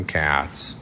cats